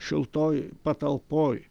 šiltoj patalpoj